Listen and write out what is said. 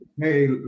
Hey